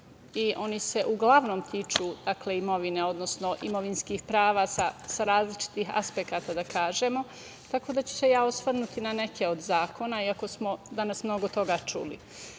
i oni se uglavnom tiču imovine, odnosno imovinskih prava sa različitih aspekata, da kažemo, tako da ću se ja osvrnuti na neke od zakona, iako smo danas mnogo toga čuli. Neka